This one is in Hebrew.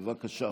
בבקשה.